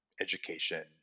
education